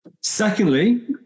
Secondly